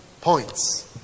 points